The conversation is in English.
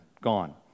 gone